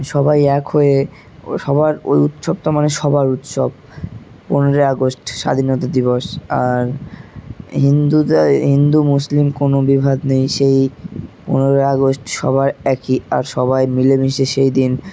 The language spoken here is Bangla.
সবাই এক হয়ে সবার ওই উৎসবটা মানে সবার উৎসব পনেরোই আগস্ট স্বাধীনতা দিবস আর হিন্দুতে হিন্দু মুসলিম কোনো বিভাদ নেই সেই পনেরোই আগস্ট সবার একই আর সবাই মিলেমিশে সেই দিন